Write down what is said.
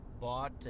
bought